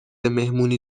مهمونی